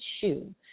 shoe